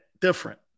different